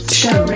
show